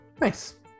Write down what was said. Nice